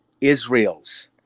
Israel's